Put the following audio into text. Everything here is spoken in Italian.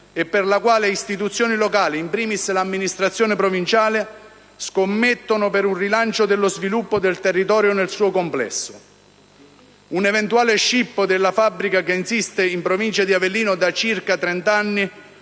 per la quale le istituzioni locali, *in primis* l'amministrazione provinciale, scommettono in favore di un rilancio dello sviluppo del territorio nel suo complesso. Un eventuale scippo della fabbrica, che insiste in provincia di Avellino da circa trent'anni,